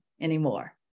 anymore